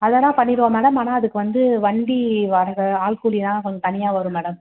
அதெல்லாம் பண்ணிவிடுவோம் மேடம் ஆனால் அதுக்கு வந்து வண்டி வாடகை ஆள்கூலி எல்லாம் தனியாக வரும் மேடம்